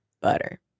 butter